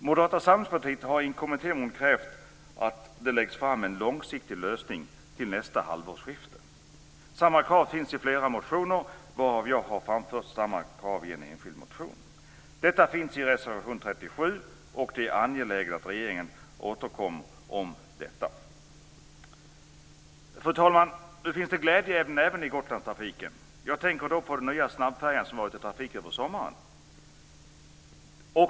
Moderata samlingspartiet har i en kommittémotion krävt att det läggs fram en långsiktig lösning till nästa halvårsskifte. Samma krav finns i flera motioner, och jag har framfört samma krav i en enskild motion. Detta finns i reservation 37, och det är angeläget att regeringen återkommer om detta. Fru talman! Nu finns det glädjeämnen även i Gotlandstrafiken. Jag tänker då på den nya snabbfärjan som varit i trafik över sommaren.